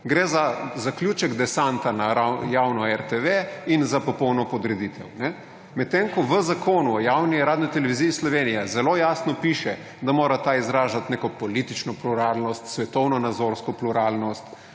Gre za zaključek desanta na javno RTV in za popolno podreditev. Medtem ko v zakonu o javni Radioteleviziji Slovenije zelo jasno piše, da mora ta izražat neko politično pluralnost, svetovno nazorsko pluralnost,